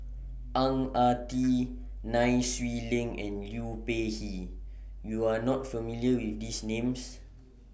Ang Ah Tee Nai Swee Leng and Liu Peihe YOU Are not familiar with These Names